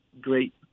great